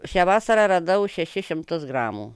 šią vasarą radau šešis šimtus gramų